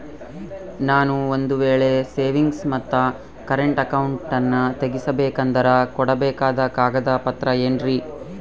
ನಾನು ಒಂದು ವೇಳೆ ಸೇವಿಂಗ್ಸ್ ಮತ್ತ ಕರೆಂಟ್ ಅಕೌಂಟನ್ನ ತೆಗಿಸಬೇಕಂದರ ಕೊಡಬೇಕಾದ ಕಾಗದ ಪತ್ರ ಏನ್ರಿ?